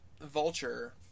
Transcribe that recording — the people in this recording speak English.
Vulture